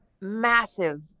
massive